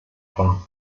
von